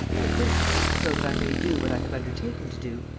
but, first of all, so that i may do what i have undertaken to do,